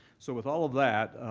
so with all of that,